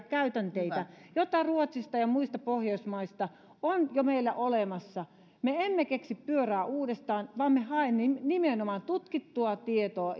käytänteistä joista ruotsista ja muista pohjoismaista meillä on jo tietoa olemassa me emme keksi pyörää uudestaan vaan me haemme nimenomaan tutkittua tietoa